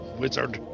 wizard